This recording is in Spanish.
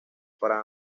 para